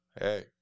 Hey